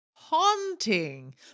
haunting